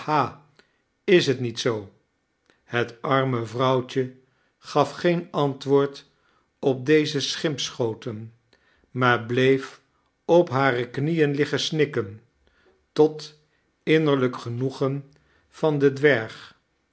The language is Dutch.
is het niet zoo het arme vrouwtje gaf geen antwoord op deze schimpschoten maar bleef op hare knieen liggen snikken tot innerlijk genoegen van den dwerg